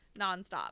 nonstop